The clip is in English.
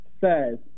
says